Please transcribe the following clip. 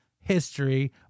history